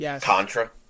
Contra